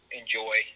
enjoy